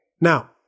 Now